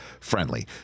friendly